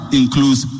includes